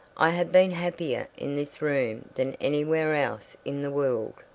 i have been happier in this room than anywhere else in the world.